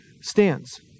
stands